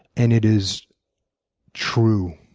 and it is true.